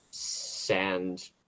sand